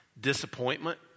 disappointment